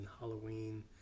Halloween